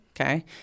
Okay